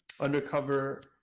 undercover